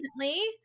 recently